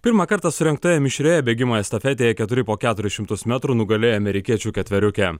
pirmą kartą surengtoje mišrioje bėgimo estafetėje keturi po keturis šimtus metrų nugalėjo amerikiečių ketveriukė